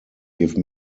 give